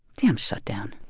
damn shutdown